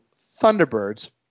Thunderbirds